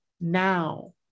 Now